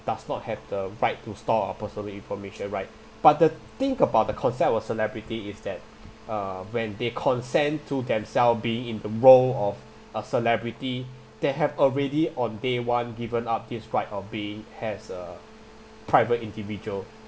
does not have the right to store our personal information right but the think about the concept of celebrity is that uh when they consent to themself being in the role of a celebrity they have already on day-one given up this right of being as uh private individual